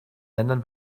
ländern